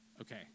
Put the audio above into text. okay